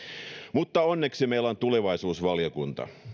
mutta onneksi meillä on tulevaisuusvaliokunta